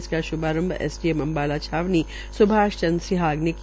जिसका श्भारम्भ एसडीएम अम्बाला छावनी स्भाष चन्द सिहाग ने किया